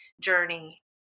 journey